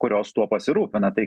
kurios tuo pasirūpina tai